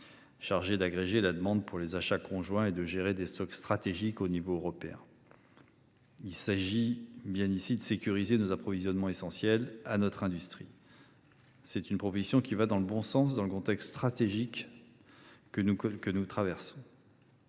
chargée d’agréger la demande pour les achats conjoints et de gérer des stocks stratégiques à l’échelon européen. Il s’agit bien ici de sécuriser les approvisionnements essentiels pour notre industrie. Cette proposition va dans le bon sens dans le contexte de crise stratégique que nous traversons.